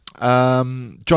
John